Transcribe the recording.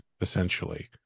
essentially